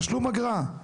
תשלום אגרה,